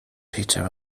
peter